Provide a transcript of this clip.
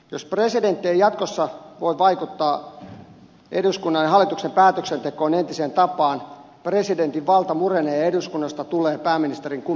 jos presidentti ei jatkossa voi vaikuttaa eduskunnan ja hallituksen päätöksentekoon entiseen tapaan presidentin valta murenee ja eduskunnasta tulee pääministerin kumileimasin